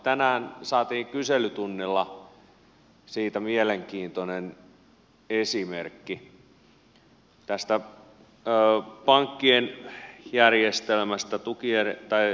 tänään saatiin kyselytunnilla mielenkiintoinen esimerkki tästä pankkien rahoitusjärjestelmästä